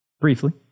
Briefly